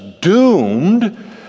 doomed